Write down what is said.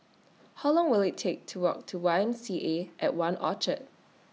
How Long Will IT Take to Walk to Y M C A At one Orchard